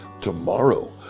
Tomorrow